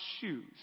shoes